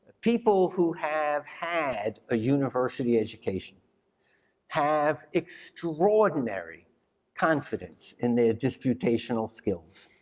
people who have had a university education have extraordinary confidence in their disputational skills.